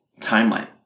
timeline